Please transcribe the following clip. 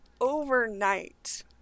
overnight